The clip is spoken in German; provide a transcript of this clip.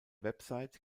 website